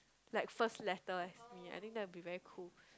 like first letter as me I think that would be very cool